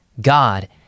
God